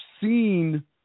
seen